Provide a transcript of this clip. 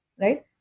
right